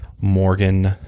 Morgan